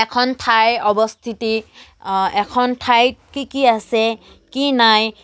এখন ঠাইৰ অৱস্থিতি এখন ঠাইত কি কি আছে কি নাই